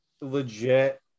Legit